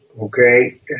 okay